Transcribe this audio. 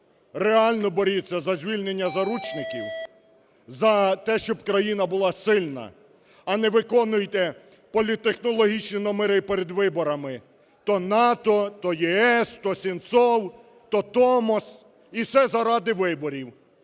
реально боріться за звільнення заручників, за те, щоб країна була сильна, а не виконуйте політтехнологічні номери перед виборами: то НАТО, то ЄС, то Сенцов, то Томос. І все заради виборів.